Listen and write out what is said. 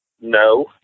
No